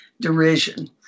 derision